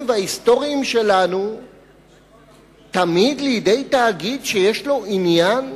וההיסטוריים שלנו תמיד לידי תאגיד שיש לו עניין?